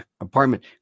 apartment